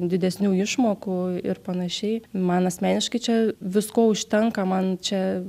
didesnių išmokų ir panašiai man asmeniškai čia visko užtenka man čia